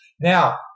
Now